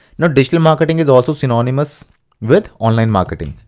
now digital marketing is also synonymous with online marketing.